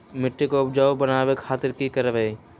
मिट्टी के उपजाऊ बनावे खातिर की करवाई?